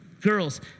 girls